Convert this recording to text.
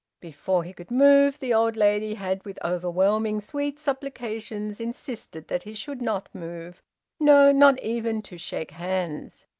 before he could move the old lady had with overwhelming sweet supplications insisted that he should not move no, not even to shake hands!